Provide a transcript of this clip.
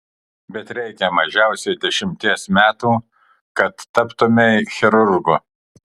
bet reikia mažiausiai dešimties metų kad taptumei chirurgu